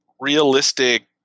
realistic